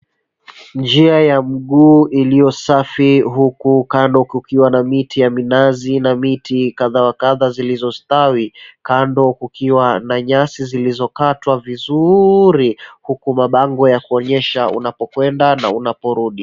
Njia ya mguu iliyo safi huku kando kukiwa na miti ya minazi na miti kadha wa kadha zilizo stawi, kando kukiwa na nyasi zilizokatwa vizuri, huku mabango ya kuonyesha unapokwenda na unaporudi.